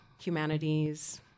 humanities